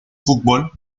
fútbol